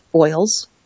oils